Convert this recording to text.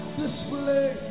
display